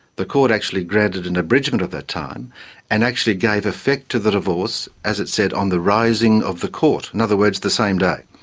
the court actually granted an abridgement of that time and actually gave effect to the divorce, as it said, on the rising of the court. in other words, the same day.